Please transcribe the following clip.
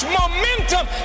momentum